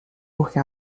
porque